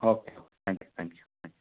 okay thank you thank you thank